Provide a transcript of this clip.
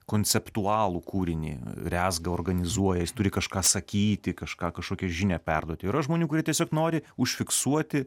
konceptualų kūrinį rezga organizuojas turi kažką sakyti kažką kažkokią žinią perduoti yra žmonių kurie tiesiog nori užfiksuoti